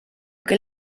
que